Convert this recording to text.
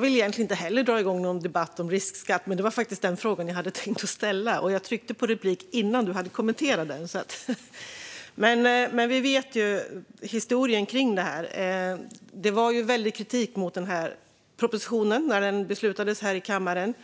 vill egentligen inte heller dra igång någon debatt om riskskatten, men jag hade tänkt fråga om den. Jag tryckte på replik innan ledamoten hade hunnit kommentera den i sitt anförande. Vi känner ju till historien kring riskskatten. Det kom väldig kritik mot propositionen när den beslutades här i kammaren.